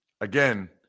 again